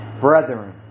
Brethren